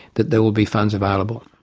that there will be funds available.